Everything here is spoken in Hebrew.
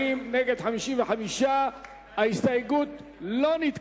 בעיה של המיקרופון, יש פה רעש של חברי הכנסת.